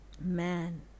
man